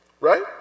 right